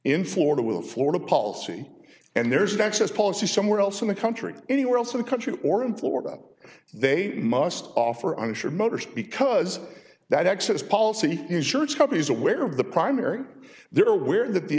in florida with the florida policy and there's an access policy somewhere else in the country anywhere else in the country or in florida they must offer uninsured motorist because that access policy insurance companies aware of the primary they're aware that the